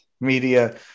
media